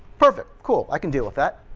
perfect, cool. i can deal with that.